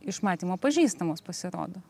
iš matymo pažįstamos pasirodo